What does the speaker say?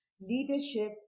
leadership